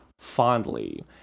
fondly